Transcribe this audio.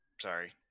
Sorry